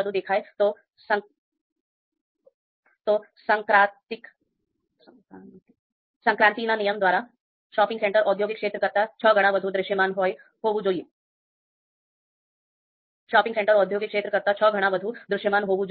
વધુ દેખાય તો સંક્રાંતિના નિયમ દ્વારા શોપિંગ સેન્ટર ઔદ્યોગિક ક્ષેત્ર કરતાં છ ગણી વધુ દૃશ્યમાન હોવું જોઈએ